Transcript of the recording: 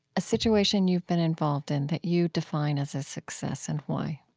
a situation you've been involved in that you define as a success and why